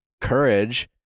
courage